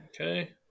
Okay